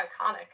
iconic